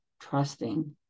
trusting